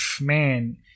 man